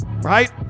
Right